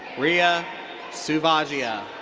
riya suvagia.